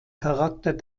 charakter